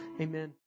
amen